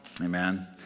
Amen